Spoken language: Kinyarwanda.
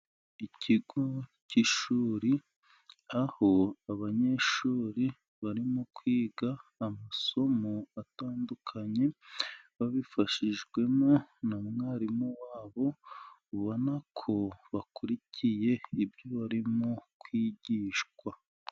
Ikigo cy'ishuri, aho abanyeshuri barimo kwiga amasomo atandukanye, babifashijwemo na mwarimu wabo, ubona ko bakurikiye ibyo barimo kwigishwa.